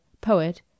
poet